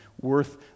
worth